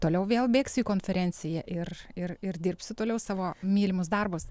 toliau vėl bėgsiu į konferenciją ir ir ir dirbsiu toliau savo mylimus darbus